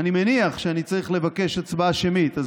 אני מניח שאני צריך לבקש הצבעה שמית.